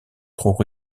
trop